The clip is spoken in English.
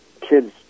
kids